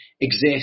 exist